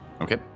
Okay